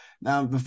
Now